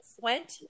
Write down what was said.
went